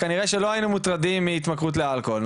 כנראה שלא היינו מוטרדים מהתמכרות לאלכוהול.